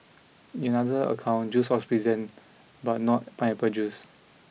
in other account juice was present but not pineapple juice